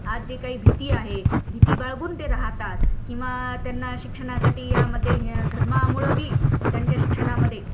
आज जे काही भीती आहे भीती बाळगून ते राहतात किंवा त्यांना शिक्षणासाठी यामध्ये धर्मामुळं बी त्यांच्या शिक्षणामध्ये